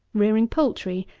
rearing poultry,